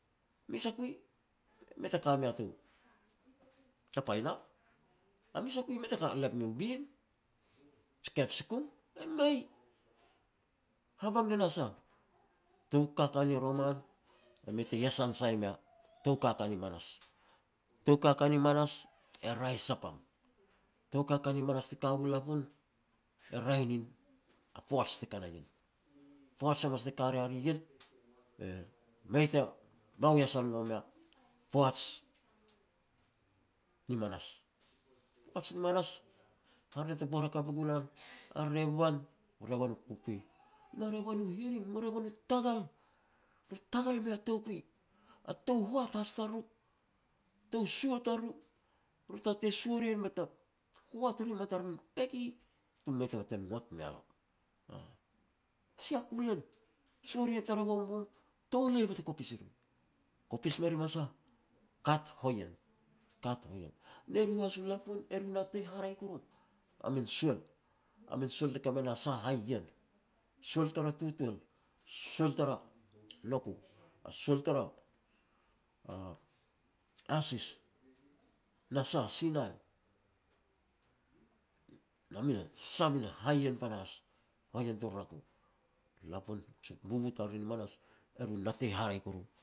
mes a kui mei ta ka mea ta painap, a mes a kui mei ta lep miu bin, ji kepsikum, e mei, habang ne na sah. Tou kaka ni roman e mei ta iasan sai mea tou kaka ni manas, tou kaka ni manas e raeh sapang. Tou kaka ni manas ti ka u lapun e raeh nin a poaj te ka na ien. Poaj hamas te ka ria ri ien e mei ta bau iasan gon mea poaj ni manas. Poaj ni manas, hare na te bor hakap ua gu lan, a revan, u revan u kukui, na revan u hiring na revan u tagal, i tagal mei a toukui. A tou hoat has tariru, tou sua tariru, ru tatei suar ien bet na hoat rim a tara min peki tum mu mei tama tuan ngot mea lo, aah. Sia ku len, suar ien tara bongbong, touleh be te kopis i rim. Kopis me rim a sah, kat hoien, kat hoien. Ne ru has u lapun, e ru natei haraeh kuru a min suel, a min suel te ka me na sah min hai ien. Suel tara tutuel, suel tara noko, a suel tara asis, na sah sinai, na min sah na min hai ien panahas, hoien tur rako. Lapun, jiu bubu tariri ni manas, e ru natei haraeh kuru